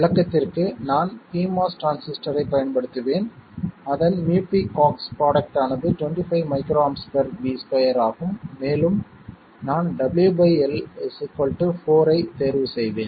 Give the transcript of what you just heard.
விளக்கத்திற்கு நான் pMOS டிரான்சிஸ்டரைப் பயன்படுத்துவேன் அதன் µpcox ப்ரோடக்ட் ஆனது 25 µAV2 ஆகும் மேலும் நான் W L 4 ஐ தேர்வு செய்வேன்